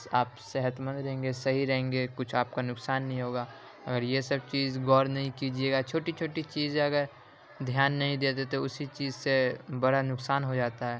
آپ صحت مند رہیں گے صحیح رہیں گے کچھ آپ کا نقصان نہیں ہوگا اور یہ سب چیز غور نہیں کیجیے گا چھوٹی چھوٹی چیزیں اگر دھیان نہیں دیا جو تو اسی چیز سے بڑا نقصان ہو جاتا ہے